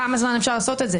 כמה זמן אפשר לעשות את זה?